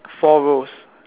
four rows